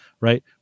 right